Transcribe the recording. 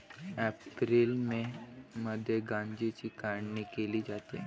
April May मध्ये गांजाची काढणी केली जाते